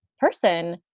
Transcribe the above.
person